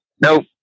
Nope